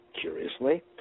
Curiously